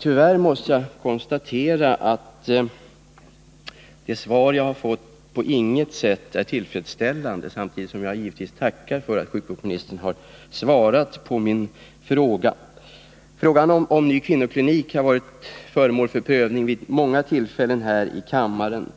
Tyvärr måste jag konstatera att det svar jag har fått på inget sätt är tillfredsställande, samtidigt som jag givetvis tackar för att sjukvårdsministern har svarat på min fråga. Frågan om ny kvinnoklinik i Uppsala har varit föremål för prövning vid många tillfällen här i kammaren.